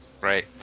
right